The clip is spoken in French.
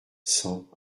cent